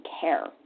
care